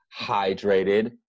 hydrated